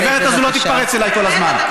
הגברת הזאת לא תתפרץ אליי כל הזמן.